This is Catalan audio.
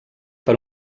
per